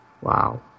wow